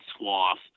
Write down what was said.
swath